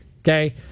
Okay